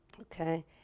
okay